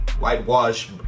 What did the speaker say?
whitewash